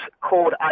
called